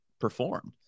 performed